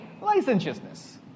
Licentiousness